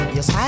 Yes